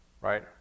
right